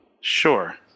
Sure